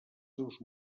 seus